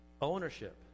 Ownership